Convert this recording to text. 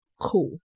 cool